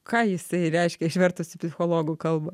ką jisai reiškia išvertus į psichologų kalba